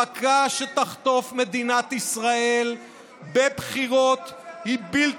המכה שתחטוף מדינת ישראל בבחירות, תעבירו